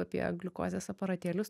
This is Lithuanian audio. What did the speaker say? apie gliukozės aparatėlius